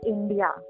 India